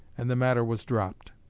and the matter was dropped.